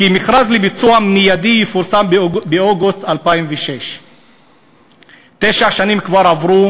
כי מכרז לביצוע מיידי יפורסם באוגוסט 2006. תשע שנים כבר עברו